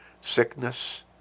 sickness